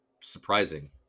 surprising